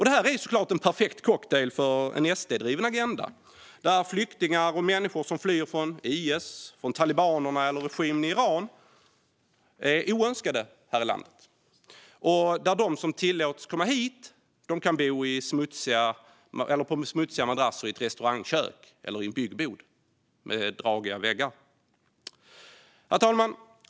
Det här är såklart en perfekt cocktail för en SD-driven agenda där flyktingar och människor som flyr från IS, talibanerna eller regimen i Iran är oönskade här i landet och där de som tillåts komma hit kan bo på smutsiga madrasser i ett restaurangkök eller i en byggbod med dragiga väggar. Herr talman!